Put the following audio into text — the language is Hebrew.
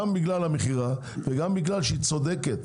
גם בגלל המכירה וגם בגלל שהיא צודקת.